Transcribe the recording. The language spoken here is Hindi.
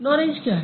नॉरेंज क्या है